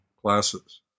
classes